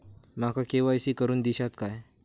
माका के.वाय.सी करून दिश्यात काय?